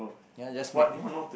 ya just make